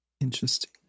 Interesting